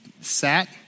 sat